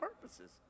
purposes